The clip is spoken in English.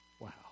Wow